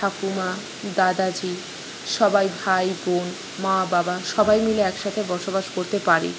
ঠাকুমা দাদাজি সবাই ভাই বোন মা বাবা সবাই মিলে একসাথে বসবাস করতে পারি